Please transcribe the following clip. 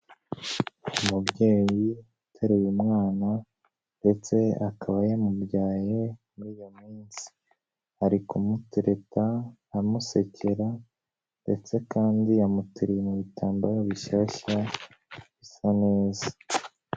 Umubyeyi uteruye mwana ndetse akaba yamubyaye muri iyo minsi, ari kumutereta, amusekera ndetse kandi yamuteriye mu bitambaro bishyashya, bisa neza.